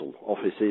offices